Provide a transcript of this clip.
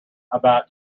about